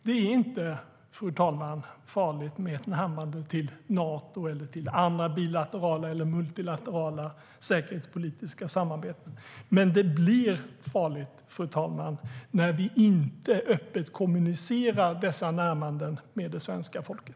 Det är inte, fru talman, farligt med ett närmande till Nato eller till andra bilaterala eller multilaterala säkerhetspolitiska samarbeten, men det blir farligt, fru talman, när vi inte öppet kommunicerar dessa närmanden med det svenska folket.